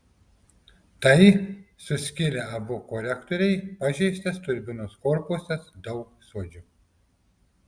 tai suskilę abu kolektoriai pažeistas turbinos korpusas daug suodžių